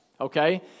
Okay